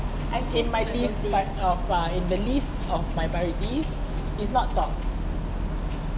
in my list like of the list of my priorities is not top